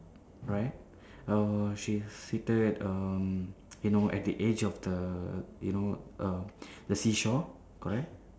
right err she's seated um you know at the edge of the you know err the sea shore correct